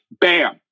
bam